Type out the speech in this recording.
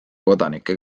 kodanike